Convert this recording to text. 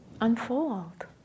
unfold